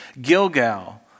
Gilgal